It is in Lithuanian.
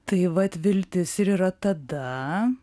tai vat viltis ir yra tada